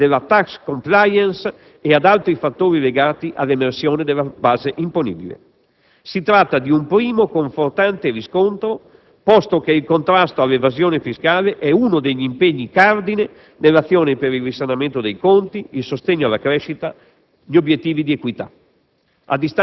al miglioramento spontaneo della *tax compliance* e ad altri fattori legati all'emersione della base imponibile. Si tratta di un primo confortante riscontro, posto che il contrasto all'evasione fiscale è uno degli impegni cardine dell'azione per il risanamento dei conti, il sostegno alla crescita,